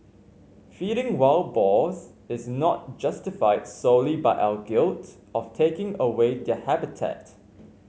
feeding wild boars is not justified solely by our guilt of taking away their habitat